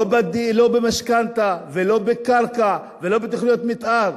לא ב-D, לא במשכנתה ולא בקרקע ולא בתוכניות מיתאר.